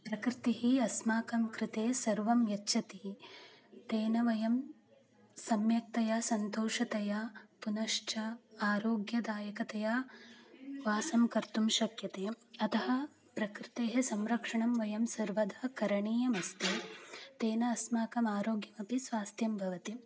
प्रकृतिः अस्माकं कृते सर्वं यच्छति तेन वयं सम्यक्तया सन्तोषतया पुनश्च आरोग्यदायकतया वासं कर्तुं शक्यते अतः प्रकृतेः संरक्षणं वयं सर्वदा करणीयमस्ति तेन अस्माकम् आरोग्यमपि स्वास्थ्यं भवति